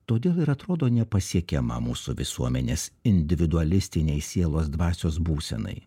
todėl ir atrodo nepasiekiama mūsų visuomenės individualistinei sielos dvasios būsenai